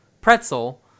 pretzel